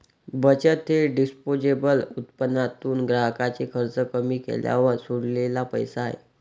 बचत हे डिस्पोजेबल उत्पन्नातून ग्राहकाचे खर्च कमी केल्यावर सोडलेला पैसा आहे